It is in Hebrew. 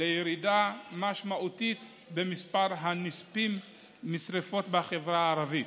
לירידה משמעותית במספר הנספים משרפות בחברה הערבית,